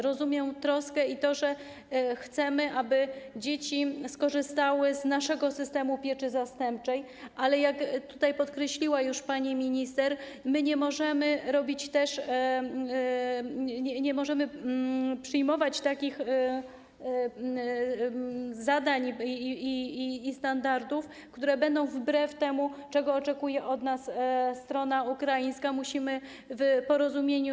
Rozumiem troskę i to, że chcemy, aby dzieci skorzystały z naszego systemu pieczy zastępczej, ale, jak tutaj podkreśliła już pani minister, nie możemy też przyjmować takich zadań i standardów, które będą wbrew temu, czego oczekuje od nas strona ukraińska, musimy pracować w porozumieniu.